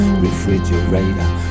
refrigerator